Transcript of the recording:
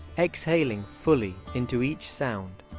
exhaling fully into each sound.